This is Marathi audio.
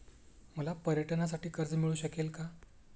मला पर्यटनासाठी कर्ज मिळू शकेल का?